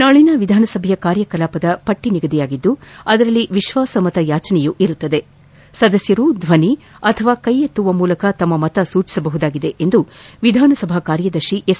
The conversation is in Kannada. ನಾಳನ ವಿಧಾನಸಭೆಯ ಕಾರ್ಯಕಲಾಪದ ಪಟ್ಟ ನಿಗದಿಯಾಗಿದ್ದು ಅದರಲ್ಲಿ ವಿಶ್ವಾಸ ಮತ ಯಾಚನೆಯೂ ಇರುತ್ತದೆ ಸದಸ್ಯರು ದ್ವನಿ ಅಥವಾ ಕ್ಕೆಎತ್ತುವ ಮೂಲಕ ತಮ್ಮ ಮತ ಸೂಚಿಸಬಹುದಾಗಿದೆ ಎಂದು ವಿಧಾನಸಭಾ ಕಾರ್ಯದರ್ತಿ ಎಸ್